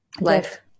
Life